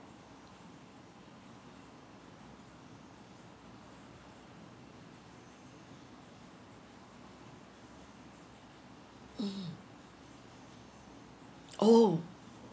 mm oh